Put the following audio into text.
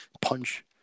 punch